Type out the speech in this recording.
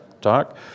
talk